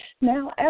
Now